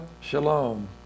Shalom